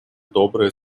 добрые